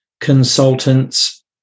consultants